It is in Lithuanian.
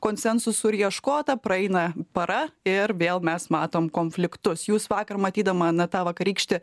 konsensusų ir ieškota praeina para ir vėl mes matom konfliktus jūs vakar matydama na tą vakarykštį